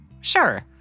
Sure